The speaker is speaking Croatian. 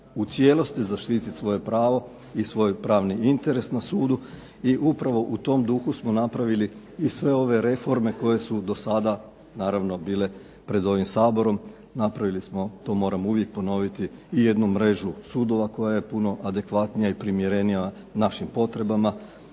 u cijelosti zaštititi svoje pravo, i svoj pravni interes na sudu, i upravo u tom duhu smo napravili i sve ove reforme koje su do sada naravno bile pred ovim Saborom, napravili smo, to moram uvijek ponoviti i jednu mrežu sudova koja je puno adekvatnija i primjerenija našim potrebama.